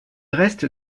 reste